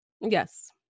yes